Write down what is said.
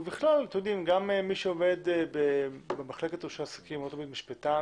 ובכלל מי שעובד במחלקת רישוי עסקים לא תמיד הוא משפטן